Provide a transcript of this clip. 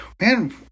man